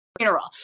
funeral